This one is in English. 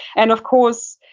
and, of course,